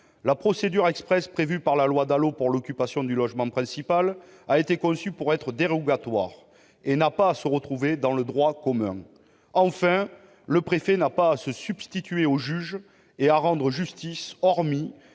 La procédure express prévue par la loi DALO pour l'occupation du logement principal a été conçue pour être dérogatoire et n'a pas à se retrouver dans le droit commun. Enfin, le préfet n'a pas à se substituer aux juges et à rendre justice, hormis